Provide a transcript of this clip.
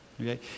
Okay